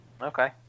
Okay